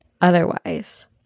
otherwise